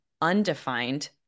undefined